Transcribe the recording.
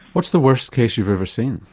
what's the worst case you've ever seen?